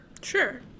sure